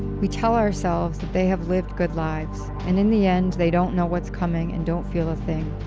we tell ourselves that they have lived good lives, and in the end, they don't know what's coming and don't feel a thing.